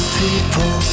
people